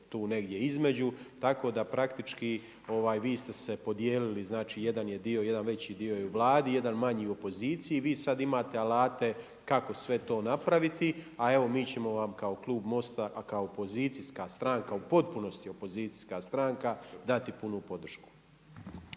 tu negdje između, tako da praktički vi ste se podijelili. Znači, jedan je dio, jedan veći dio je u Vladi, jedan manji u opoziciji. I vi sad imate alate kako sve to napraviti, a evo mi ćemo vam kao klub MOST-a, kao opozicijska stranka u potpunosti opozicijska stranka dati punu podršku.